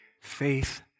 faith